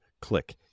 CLICK